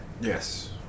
Yes